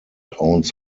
owns